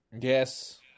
Yes